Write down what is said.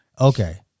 Okay